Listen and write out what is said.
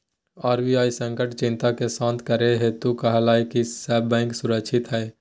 RBI संकट चिंता के शांत करते हुए कहलकय कि सब बैंक सुरक्षित हइ